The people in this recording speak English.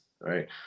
right